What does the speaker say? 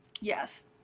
Yes